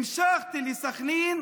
המשכתי לסח'נין,